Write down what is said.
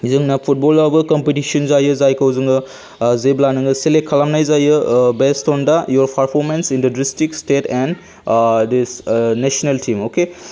जोंना फुटबलावबो कम्पिटिसन जायो जायखौ जोङो जेब्ला नोङो सेलेक्ट खालामनाय जायो based on the your performance in the district state and this national team okay